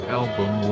album